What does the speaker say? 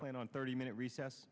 plan on thirty minute recess